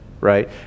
right